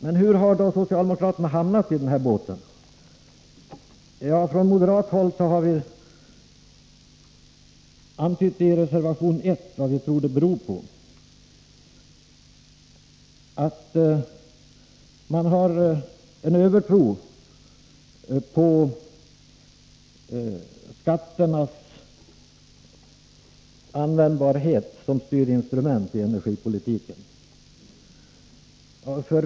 Men hur har då socialdemokraterna hamnat i den här båten? I reservation 1 från moderat håll har vi antytt att vi tror att det beror på att man har en övertro på skatternas användbarhet som styrinstrument i energipolitiken.